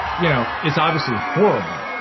you know, is obviously horrible.